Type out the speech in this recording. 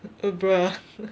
bruh